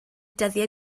dyddiau